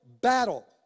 battle